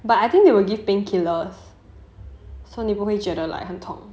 but I think they will give painkillers so 你不会觉得 like 很痛